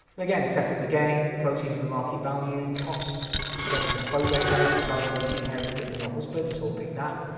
and again set up the gain proceeds are at market value costs we said is the probate value the value when she inherited it from her husband, so we'll pick that